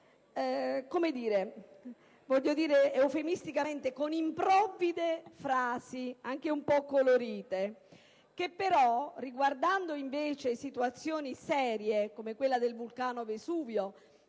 lo ha fatto, lo dico eufemisticamente, con improvvide frasi, anche un po' colorite, che però, riguardando invece situazioni serie come quella del vulcano Vesuvio